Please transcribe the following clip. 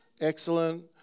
Excellent